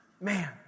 Man